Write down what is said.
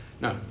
No